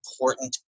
important